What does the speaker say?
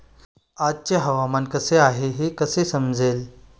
आजचे हवामान कसे आहे हे कसे समजेल?